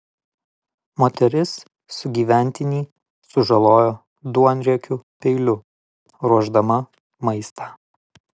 moteris sugyventinį sužalojo duonriekiu peiliu ruošdama maistą